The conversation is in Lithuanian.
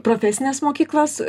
profesines mokyklas